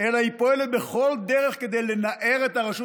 אלא היא פועלת בכל דרך כדי לנער את הרשות